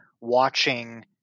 watching